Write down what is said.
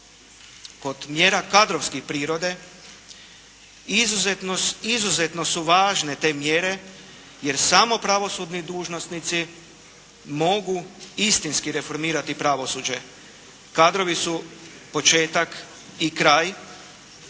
Kod mjera kadrovske primjene izuzetno su važne te mjere jer samo pravosudni dužnosnici mogu istinski reformirati pravosuđe. Kadrovi su početak i kraj